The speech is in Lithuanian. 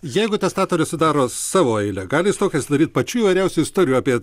jeigu testatorius sudaro savo eilę gali jis tokią sudaryt pačių įvairiausių istorijų apie